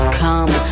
come